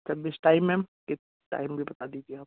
कब इस time ma'am एक टाइम भी बता दीजिए आप